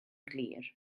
glir